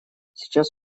сейчас